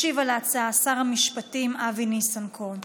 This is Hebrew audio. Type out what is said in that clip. ישיב על ההצעה שר המשפטים אבי ניסנקורן.